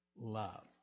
Love